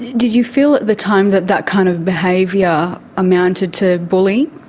did you feel at the time that that kind of behaviour amounted to bullying?